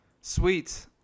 Sweet